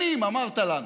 שנים אמרת לנו: